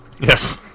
Yes